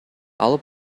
алып